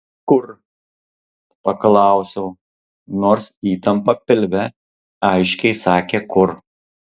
kur paklausiau nors įtampa pilve aiškiai sakė kur